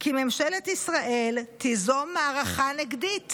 כי ממשלת ישראל תיזום מערכה נגדית